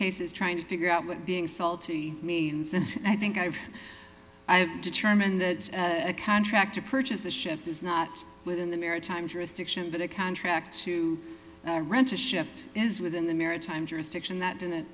cases trying to figure out what being salty means and i think i've determined that a contract to purchase a ship is not within the maritime jurisdiction but a contract to rent a ship is within the maritime jurisdiction that didn't